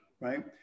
right